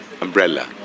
umbrella